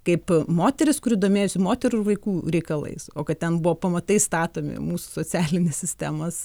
kaip moteris kuri domėjosi moterų ir vaikų reikalais o kad ten buvo pamatai statomi mūsų socialinės sistemos